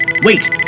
wait